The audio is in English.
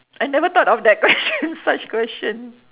I never thought of that question such question